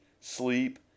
sleep